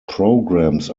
programs